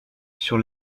sur